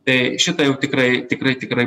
tai šitą jau tikrai tikrai tikrai pajutau